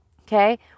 okay